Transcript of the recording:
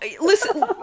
listen